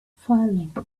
falling